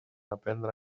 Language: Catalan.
aprendre